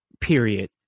period